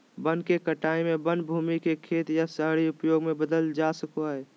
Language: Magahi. वन के कटाई में वन भूमि के खेत या शहरी उपयोग में बदल सको हइ